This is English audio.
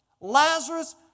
Lazarus